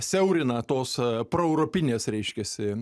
siaurina tos proeuropinės reiškiasi